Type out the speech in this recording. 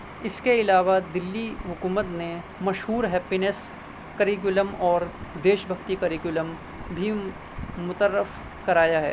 اس کے علاوہ دلی حکومت نے مشہور ہیپینس کریکولم اور دیش بھکتی کریکولم بھی متعارف کرایا ہے